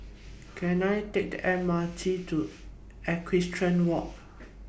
Can I Take The M R T to Equestrian Walk